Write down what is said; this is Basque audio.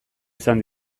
izan